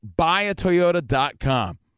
BuyAToyota.com